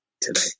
today